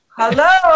Hello